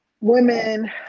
women